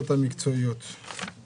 יש תקציב מיוחד שאתם הולכים לשים שם?